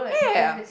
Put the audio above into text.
yeah yeah yeah